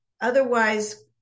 Otherwise